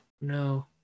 No